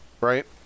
right